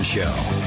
Show